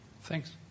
Thanks